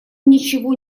ничего